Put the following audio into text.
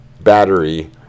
battery